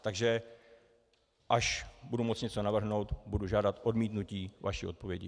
Takže až budu moct něco navrhnout, budu žádat odmítnutí vaší odpovědi.